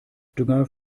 dünger